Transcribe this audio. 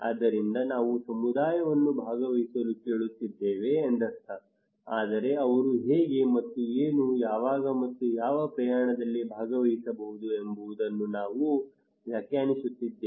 ಆದ್ದರಿಂದ ನಾವು ಸಮುದಾಯವನ್ನು ಭಾಗವಹಿಸಲು ಕೇಳುತ್ತಿದ್ದೇವೆ ಎಂದರ್ಥ ಆದರೆ ಅವರು ಹೇಗೆ ಮತ್ತು ಏನು ಯಾವಾಗ ಮತ್ತು ಯಾವ ಪ್ರಮಾಣದಲ್ಲಿ ಭಾಗವಹಿಸಬಹುದು ಎಂಬುದನ್ನು ನಾವು ವ್ಯಾಖ್ಯಾನಿಸುತ್ತಿದ್ದೇವೆ